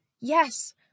yes